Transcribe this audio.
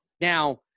Now